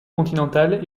continentale